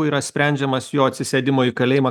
yra sprendžiamas jo atsisėdimo į kalėjimą